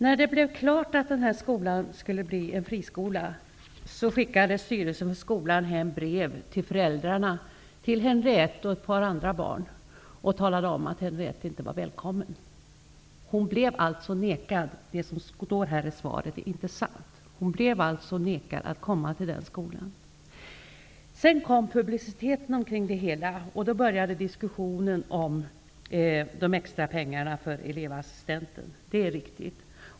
När det stod klart att denna skola skulle bli en friskola skickade skolans styrelse brev till Henriettes och ett par andra barns föräldrar i vilket man talade om att Henriette inte var välkommen. Hon blev alltså nekad att komma till den skola som hon hade valt. Det som står i svaret är inte sant. Sedan kom publiciteten omkring det hela, och då började diskussionen om de extra pengarna för elevassistenten. Det är riktigt.